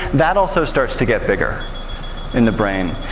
that also starts to get bigger in the brain.